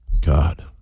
God